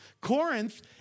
Corinth